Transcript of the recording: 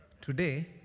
Today